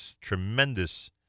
tremendous